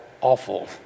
Awful